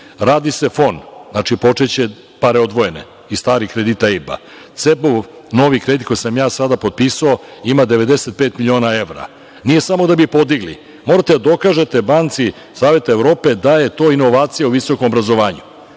Radi se FON. Počeće, pare odvojene, iz starih kredita. CEBAS-ov novi kredit koji sam ja sada potpisao ima 95 miliona evra. Nije samo da bi podigli. Morate da dokažete banci Saveta Evrope da je to inovacija u visokom obrazovanju.